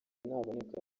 naboneka